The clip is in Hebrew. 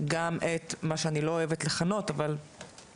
גם את, מה שאני לא אוהבת לכנות, אבל בפריפריה